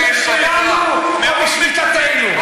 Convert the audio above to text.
ולא משלנו או בשליטתנו.